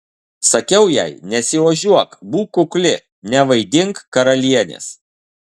sakiau jai nesiožiuok būk kukli nevaidink karalienės